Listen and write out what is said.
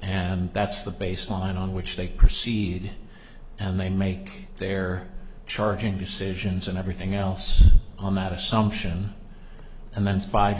and that's the baseline on which they proceed and they make their charging decisions and everything else on that assumption and then five